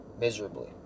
miserably